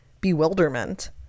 bewilderment